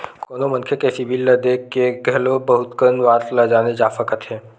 कोनो मनखे के सिबिल ल देख के घलो बहुत कन बात ल जाने जा सकत हे